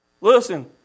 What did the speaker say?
Listen